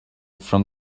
from